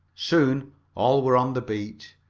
soon all were on the beach,